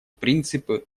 принципы